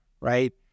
right